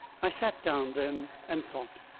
i sat down then and thought.